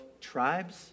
tribes